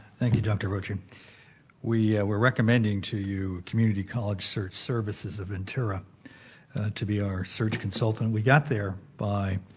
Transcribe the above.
thank you dr. rocha. um we were recommending to you community college search services of ventura to be our search consultant. we got there by